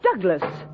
Douglas